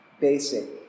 basic